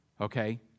okay